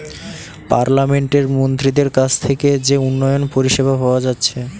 পার্লামেন্টের মন্ত্রীদের কাছ থিকে যে উন্নয়ন পরিষেবা পাওয়া যাচ্ছে